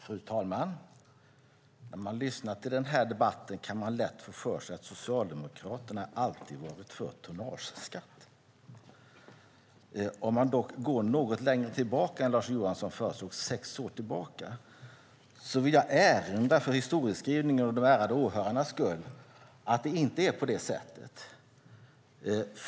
Fru talman! När man lyssnar till den här debatten kan man lätt få för sig att Socialdemokraterna alltid har varit för tonnageskatt. Om man dock går något längre tillbaka i tiden än vad Lars Johansson föreslår, sex år tillbaka, vill jag för historieskrivningens och de ärade åhörarnas skull erinra om att det inte är på det sättet.